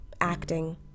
acting